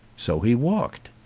so he walked.